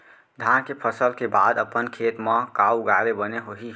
धान के फसल के बाद अपन खेत मा का उगाए ले बने होही?